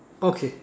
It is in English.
okay